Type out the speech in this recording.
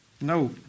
No